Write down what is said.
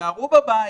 תישארו בבית.